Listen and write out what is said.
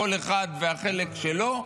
כל אחד והחלק שלו -- העיקרון.